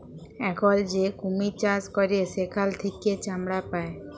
এখল যে কুমির চাষ ক্যরে সেখাল থেক্যে চামড়া পায়